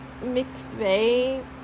McVeigh